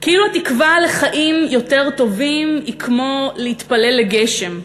כאילו התקווה לחיים יותר טובים היא כמו להתפלל לגשם.